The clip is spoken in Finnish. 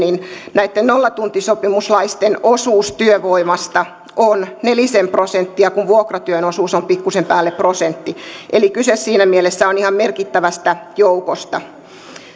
näitten nollatuntisopimuslaisten osuus työvoimasta on nelisen prosenttia kun vuokratyön osuus on pikkuisen päälle prosentti eli siinä mielessä kyse on ihan merkittävästä joukosta